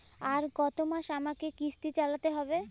আর কতমাস আমাকে কিস্তি চালাতে হবে?